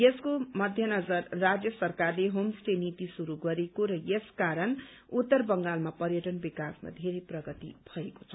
यसको मध्यनजर राज्य सरकारले होम स्टे नीति शुरू गरेको र यस कारण उत्तर बंगालमा पर्यटन विकासमा धेरै प्रगति भएको छ